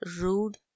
rude